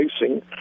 racing